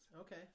Okay